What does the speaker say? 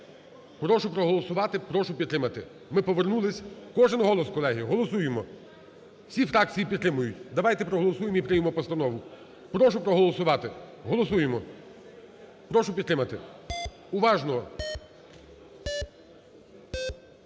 Прошу проголосувати, прошу підтримати. Ми повернулись. Кожен голос, колеги. Голосуємо. Всі фракції підтримають. Давайте проголосуємо і приймемо постанову. Прошу проголосувати. Голосуємо. Прошу підтримати. Уважно.